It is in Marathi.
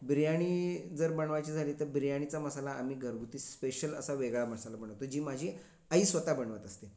बिर्याणी जर बनवायची झाली तर बिर्याणीचा मसाला आम्ही घरगुती स्पेशल असा वेगळा मसाला बनवतो जी माझी आई स्वत बनवत असते